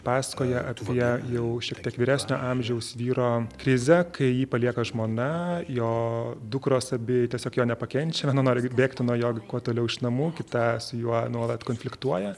pasakoja apie jau šiek tiek vyresnio amžiaus vyro krizę kai jį palieka žmona jo dukros abi tiesiog jo nepakenčia viena nori bėgti nuo jo kuo toliau iš namų kita su juo nuolat konfliktuoja